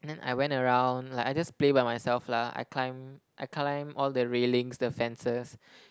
then I went around like I just play by myself lah I climb I climb all the railings the fences